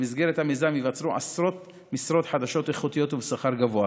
במסגרת המיזם ייווצרו עשרות משרות חדשות איכותיות ובשכר גבוה.